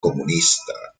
comunista